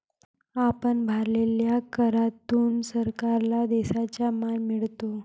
आपण भरलेल्या करातून सरकारला देशाचा मान मिळतो